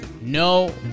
No